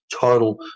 total